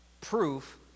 proof